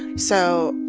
so,